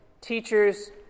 teachers